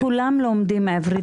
כולם לומדים עברית,